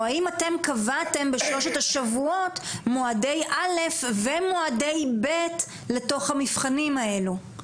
אם קבעתם בשלושת השבועות מועדי א' ומועדי ב' לתוך המבחנים האלו.